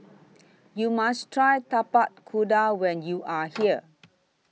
YOU must Try Tapak Kuda when YOU Are here